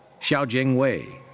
xiaogang wei.